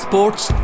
Sports